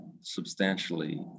substantially